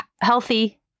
healthy